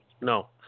No